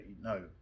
no